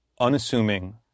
unassuming